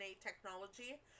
technology